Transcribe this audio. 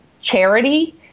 charity